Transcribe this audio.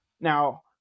Now